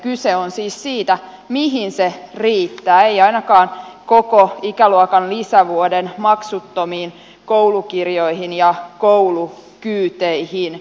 kyse on siis siitä mihin se riittää ei ainakaan koko ikäluokan lisävuoden maksuttomiin koulukirjoihin ja koulukyyteihin